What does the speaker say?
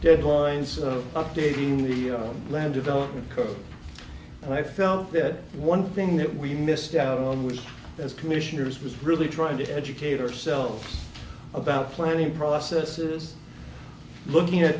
deadlines updating the land development code and i felt that one thing that we missed out on was as commissioners was really trying to educate ourselves about planning process is looking at